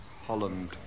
Holland